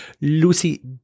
Lucy